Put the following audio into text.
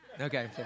Okay